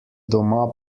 doma